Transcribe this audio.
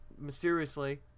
mysteriously